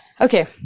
Okay